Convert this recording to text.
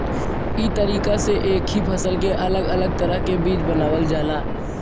ई तरीका से एक ही फसल के अलग अलग तरह के बीज बनावल जाला